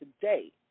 today